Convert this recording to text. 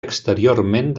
exteriorment